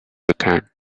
weekend